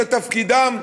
זה תפקידם,